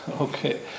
Okay